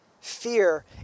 fear